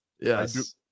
Yes